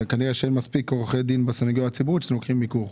כנראה שאין מספיק עורכי דין בסנגוריה הציבורית אז אתם לוקחים מיקור חוץ.